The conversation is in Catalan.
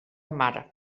mare